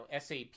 SAP